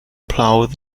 plough